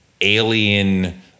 alien